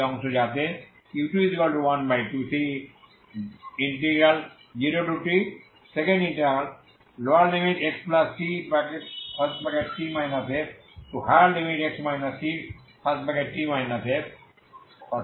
এই অংশ যাতে u212c0txcx chys dy ds